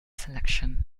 selection